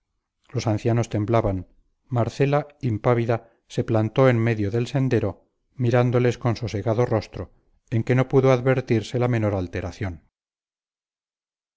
los ancianos temblaban marcela impávida se plantó en medio del sendero mirándoles con sosegado rostro en que no pudo advertirse la menor alteración